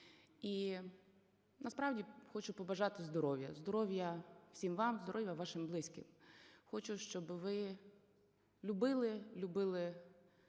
І насправді хочу побажати здоров'я: здоров'я всім вам, здоров'я вашим близьким. Хочу, щоби ви любили, любили